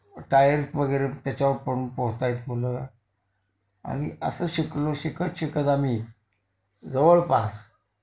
tyres वगैरे त्याच्यावर पडून पोहत आहेत मुलं आणि असं शिकलो शिकत शिकत आम्ही जवळपास